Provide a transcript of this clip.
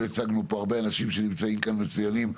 יש כאן הרבה אנשי מקצוע מצוינים,